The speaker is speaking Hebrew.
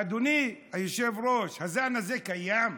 ואדוני היושב-ראש, הזן הזה קיים בעולם,